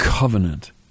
covenant